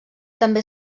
també